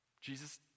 Jesus